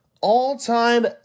all-time